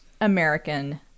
American